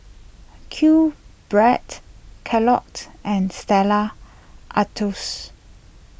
Qbread Kellogg's and Stella Artois